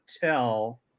tell